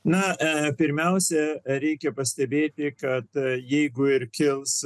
na pirmiausia reikia pastebėti kad jeigu ir kils